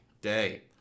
day